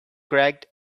cracked